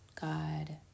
God